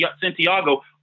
Santiago